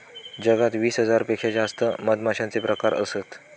जगात वीस हजार पेक्षा जास्त मधमाश्यांचे प्रकार असत